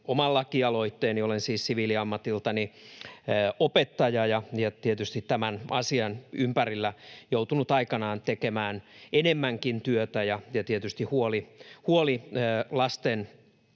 oman lakialoitteeni. Olen siis siviiliammatiltani opettaja ja tietysti tämän asian ympärillä joutunut aikanaan tekemään enemmänkin työtä, ja tietysti huoli lasten